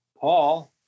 Paul